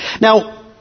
Now